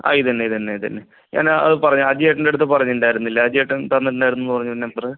ആ ഇതുതന്നെ ഇതുതന്നെ ഇതുതന്നെ എന്നാൽ അതു പറഞ്ഞോ അജിയേട്ടന്റടുത്ത് പറഞ്ഞിട്ടുണ്ടായിരുന്നില്ല അജിയേട്ടൻ തന്നിട്ടുണ്ടായിരുന്നുയെന്ന് പറഞ്ഞു ഒരു നമ്പർ